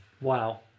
Wow